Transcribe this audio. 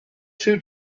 two